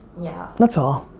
yeah that's all.